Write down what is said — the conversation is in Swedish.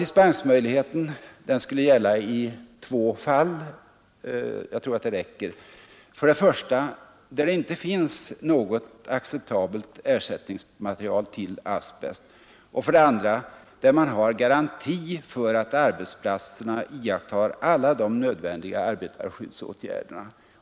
Dispensmöjligheten skulle gälla under två betingelser — jag tror att det räcker: för det första där det inte finns något acceptabelt ersättningsmaterial för asbest och för det andra där man har garanti för att alla de nödvändiga arbetarskyddsåtgärderna iakttas på arbetsplatserna.